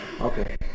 Okay